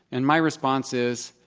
and my response is,